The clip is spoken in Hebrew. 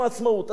אחד הציונים.